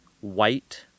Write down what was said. white